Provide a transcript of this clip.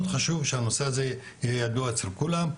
מאוד חשוב שהנושא הזה יהיה ידוע אצל כולם,